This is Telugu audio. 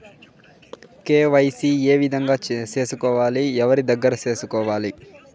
కె.వై.సి ఏ విధంగా సేసుకోవాలి? ఎవరి దగ్గర సేసుకోవాలి?